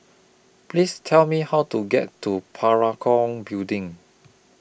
Please Tell Me How to get to Parakou Building